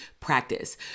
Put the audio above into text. practice